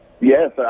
Yes